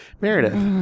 Meredith